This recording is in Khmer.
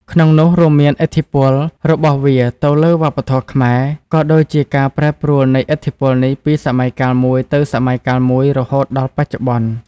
ក្នុងនោះ រួមមានឥទ្ធិពលរបស់វាទៅលើវប្បធម៌ខ្មែរ ក៏ដូចជាការប្រែប្រួលនៃឥទ្ធិពលនេះពីសម័យកាលមួយទៅសម័យកាលមួយ រហូតដល់បច្ចុប្បន្ន។